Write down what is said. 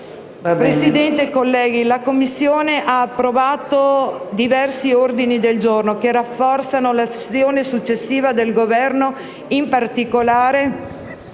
Presidente, colleghi, la Commissione ha approvato diversi ordini del giorno, che rafforzano l'azione successiva del Governo, in particolare